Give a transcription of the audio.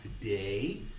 today